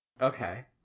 Okay